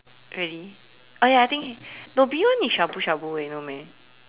really oh ya I think no B one is shabu-shabu eh no meh